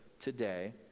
today